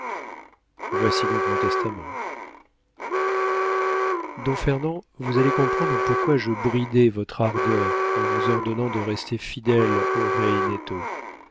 voici donc mon testament don fernand vous allez comprendre pourquoi je bridais votre ardeur en vous ordonnant de rester fidèle au